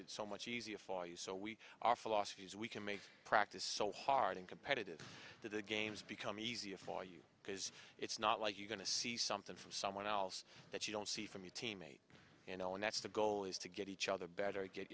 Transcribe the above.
it so much easier for you so we our philosophy is we can make practice so hard and competitive that the games become easier for you because it's not like you're going to see something from someone else that you don't see from your teammate you know and that's the goal is to get each other better get